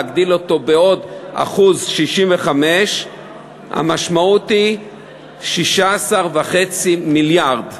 להגדיל אותו בעוד 1.65% המשמעות היא 16.5 מיליארד,